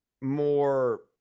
more